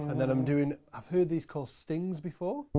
and then, i'm doing i've heard these called stings before.